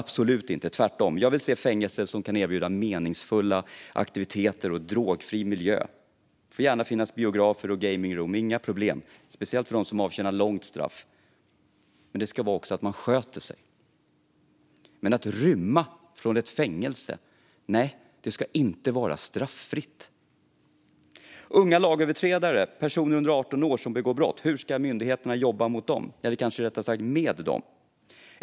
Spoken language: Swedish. Absolut inte. Tvärtom. Jag vill se fängelser som kan erbjuda meningsfulla aktiviteter och drogfri miljö. Det får gärna finnas biografer och gaming-rum - inga problem, speciellt för dem som avtjänar långa straff. Men det ska ingå att sköta sig. Att rymma från ett fängelse ska inte vara straffritt. Hur ska myndigheterna jobba mot unga lagöverträdare, personer under 18 år, som begår brott - eller rättare sagt jobba med dem?